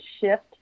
shift